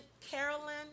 Carolyn